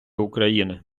україни